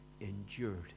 endured